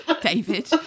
david